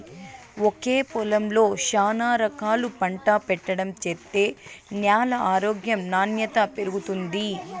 ఒకే పొలంలో శానా రకాలు పంట పెట్టడం చేత్తే న్యాల ఆరోగ్యం నాణ్యత పెరుగుతుంది